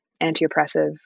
anti-oppressive